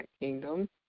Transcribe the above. kingdom